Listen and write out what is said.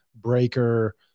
Breaker